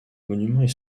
monument